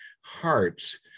hearts